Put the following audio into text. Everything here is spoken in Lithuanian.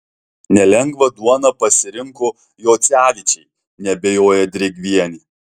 nelengvą duoną pasirinko jocevičiai neabejoja drėgvienė